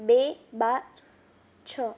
બે બાર છ